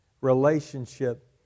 relationship